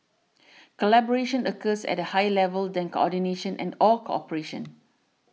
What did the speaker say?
collaboration occurs at a higher level than coordination and or cooperation